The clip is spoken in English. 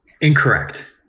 Incorrect